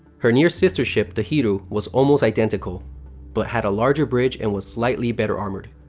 her near sister ship, the hiryu, was almost identical but had a larger bridge and was slightly better armored.